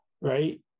right